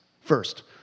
First